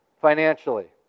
financially